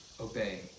obey